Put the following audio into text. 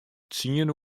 tsien